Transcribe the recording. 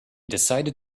decided